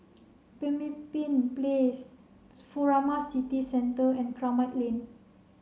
Pemimpin Place Furama City Centre and Kramat Lane